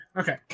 okay